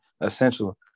essential